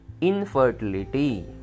infertility